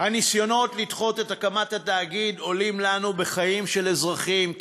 הניסיונות לדחות את הקמת התאגיד עולים לנו בחיים של אזרחים,